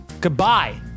Goodbye